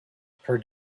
per